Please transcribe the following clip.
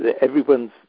everyone's